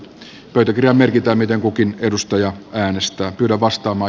pöytäkirjaan merkitään miten kukin edustaja äänestää kyllä vastaava